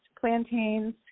plantains